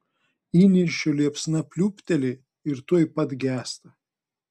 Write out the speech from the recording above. įniršio liepsna pliūpteli ir tuoj pat gęsta